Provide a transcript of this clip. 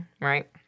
Right